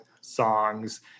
songs